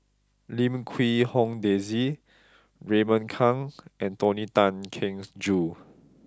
Lim Quee Hong Daisy Raymond Kang and Tony Tan Keng Joo